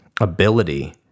ability